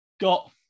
got